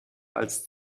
als